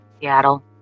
Seattle